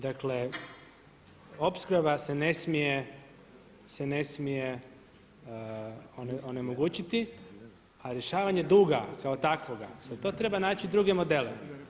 Dakle, opskrba se ne smije onemogućiti, a rješavanje duga kao takvoga za to treba naći druge modele.